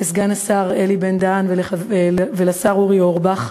לסגן השר אלי בן-דהן ולשר אורי אורבך,